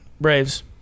Braves